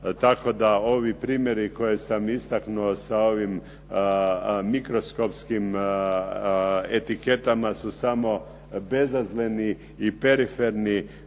Tako da ovi primjeri koje sam istaknuo sa ovim mikroskopskim etiketama su samo bezazleni i periferni